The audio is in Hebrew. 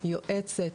יועצת,